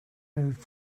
moved